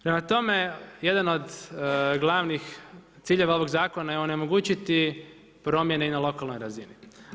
Prema tome, jedan od glavnih ciljeva ovog zakona je onemogućiti promjene i na lokalnoj razini.